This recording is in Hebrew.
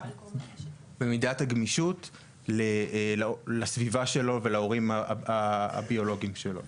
הגמישות לסביבה שלו ולהורים הביולוגיים שלו.